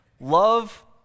Love